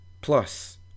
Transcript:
Plus